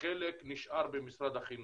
וחלק נשאר במשרד החינוך.